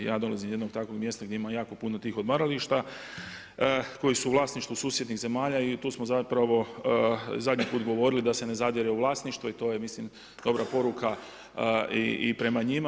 Ja dolazim iz jednog takvog mjesta gdje ima jako puno tih odmarališta koji su u vlasništvu susjednih zemalja i tu smo zapravo zadnji put govorili da se ne zadire u vlasništvo i to je mislim dobra poruka i prema njima.